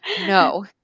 no